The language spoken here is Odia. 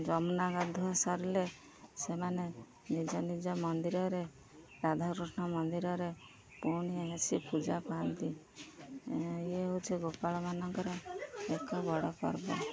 ଯମୁନା ଗାଧୁଅ ସରିଲେ ସେମାନେ ନିଜ ନିଜ ମନ୍ଦିରରେ ରାଧାକୃଷ୍ଣ ମନ୍ଦିରରେ ପୁଣି ଆସି ପୂଜା ପାଆନ୍ତି ଇଏ ହେଉଛି ଗୋପାଳ ମାନଙ୍କର ଏକ ବଡ଼ ପର୍ବ